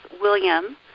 William